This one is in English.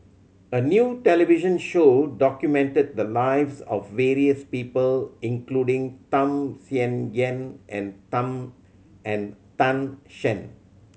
a new television show documented the lives of various people including Tham Sien Yen and Tan and Tan Shen